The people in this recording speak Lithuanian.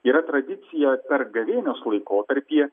yra tradicija per gavėnios laikotarpį